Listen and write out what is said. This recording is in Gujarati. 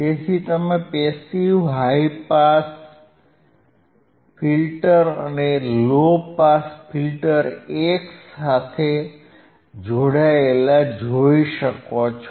તેથી તમે પેસીવ હાઇ પાસ ફિલ્ટર અને લો પાસ ફિલ્ટર એક સાથે જોડાયેલા જોઈ શકો છો